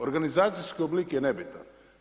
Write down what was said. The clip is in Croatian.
Organizacijski oblik je nebitan.